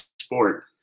sport